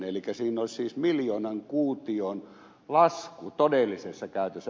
elikkä siinä olisi siis miljoonan kuution lasku todellisessa käytössä